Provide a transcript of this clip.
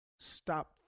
Stop